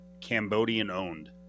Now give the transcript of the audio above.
Cambodian-owned